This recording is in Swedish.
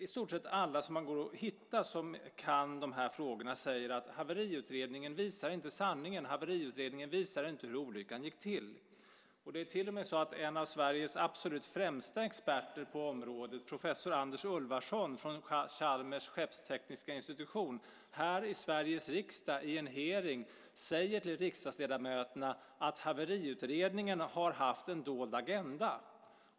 I stort sett alla som går att hitta som kan de här frågorna säger att haveriutredningen inte visar sanningen, haveriutredningen visar inte hur olyckan gick till. Det är till och med så att en av Sveriges absolut främsta experter på området, professor Anders Ulfvarsson från Chalmers skeppstekniska institution, här i Sveriges riksdag i en hearing säger till riksdagsledamöterna att haveriutredningen har haft en dold agenda.